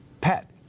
pet